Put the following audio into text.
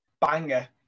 banger